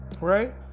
Right